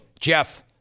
Jeff